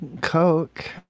Coke